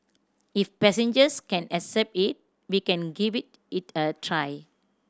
if passengers can accept it we can give it it a try